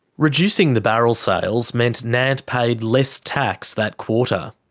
reducing the barrel sales meant nant paid less tax that quarter.